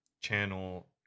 channel